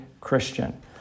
Christian